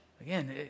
again